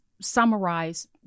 summarize